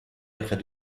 après